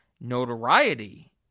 notoriety